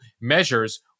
measures